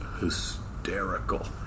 hysterical